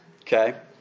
okay